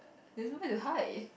there's no where to hide